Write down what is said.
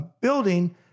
building